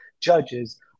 judges